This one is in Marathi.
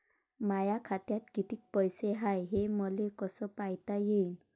माया खात्यात कितीक पैसे हाय, हे मले कस पायता येईन?